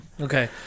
Okay